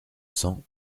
cents